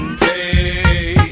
play